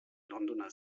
londoner